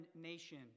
nation